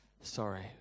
sorry